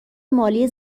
مالی